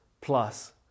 plus